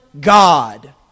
God